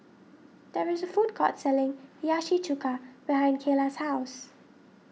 there is a food court selling Hiyashi Chuka behind Kaela's house